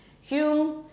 Hume